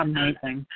Amazing